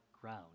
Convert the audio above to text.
ground